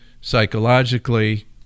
psychologically